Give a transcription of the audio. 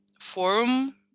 forum